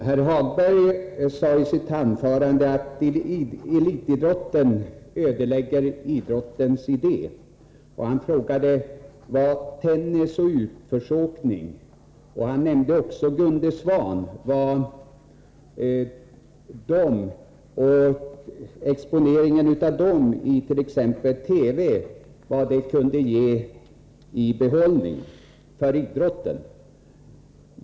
Herr talman! Herr Hagberg sade i sitt anförande att elitidrotten ödelägger idrottens idé. Han frågade även vad tennis och utförsåkning och exponeringen av dessa idrotter i t.ex. TV — han nämnde också Gunde Svan — kunde ge idrotten för behållning.